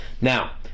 now